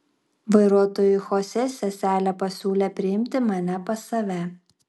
vairuotojui chosė seselė pasiūlė priimti mane pas save